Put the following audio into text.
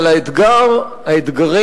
אבל האתגרים,